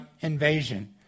invasion